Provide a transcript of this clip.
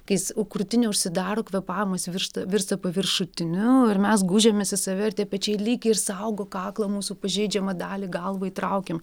kais krūtinė užsidaro kvėpavimas viršta virsta paviršutiniu ir mes gūžiamės į save ir tie pečiai lyg ir saugo kaklą mūsų pažeidžiamą dalį galvą įtraukiam